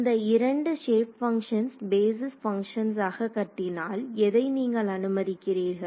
இந்த இரண்டு shape functions basis பங்க்ஷன்ஸாக கட்டினால் எதை நீங்கள் அனுமதிக்கிறீர்கள்